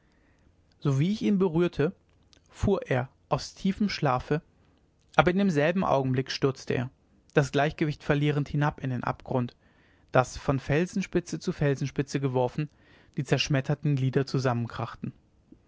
sowie ich ihn berührte fuhr er aus tiefem schlafe aber in demselben augenblick stürzte er das gleichgewicht verlierend hinab in den abgrund daß von felsenspitze zu felsenspitze geworfen die zerschmetterten glieder zusammenkrachten